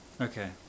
Okay